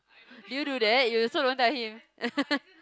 do you do that you also don't tell him